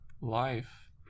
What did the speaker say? life